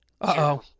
Uh-oh